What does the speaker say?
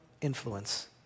influence